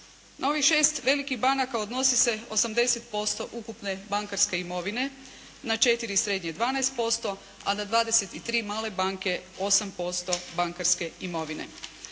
Na ovih šest velikih banaka odnosi se 80% ukupne bankarske imovine, na četiri srednje 12% a na 23 male banke 8% bankarske imovine.